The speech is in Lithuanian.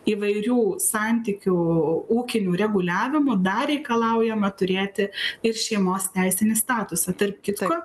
įvairių santykių ūkiniu reguliavimu dar reikalaujama turėti ir šeimos teisinį statusą tarp kitko